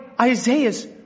Isaiah's